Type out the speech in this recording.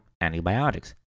antibiotics